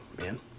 man